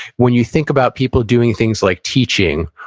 when you think about people doing things like teaching,